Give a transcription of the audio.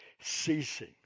ceasing